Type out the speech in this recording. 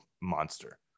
monster